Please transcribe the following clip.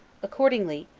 accordingly,